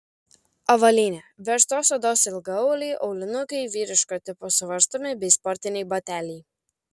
avalynė verstos odos ilgaauliai aulinukai vyriško tipo suvarstomi bei sportiniai bateliai